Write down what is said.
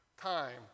time